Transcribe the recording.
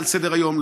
מעל סדר-היום,